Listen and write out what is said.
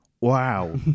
wow